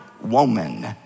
woman